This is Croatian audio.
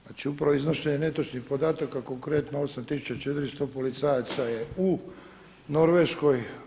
Znači iznošenje netočnih podataka, konkretno 8400 policajaca je u Norveškoj.